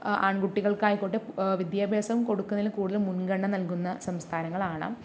ആൺകുട്ടികൾക്കായിക്കോട്ടെ വിദ്യാഭ്യാസം കൊടുക്കുന്നതിൽ കൂടുതൽ മുൻഗണന നൽകുന്ന സംസ്ഥാനങ്ങളാണ്